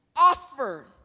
offer